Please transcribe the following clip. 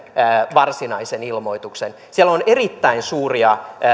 varsinaisen ilmoituksen siellä on erittäin suuria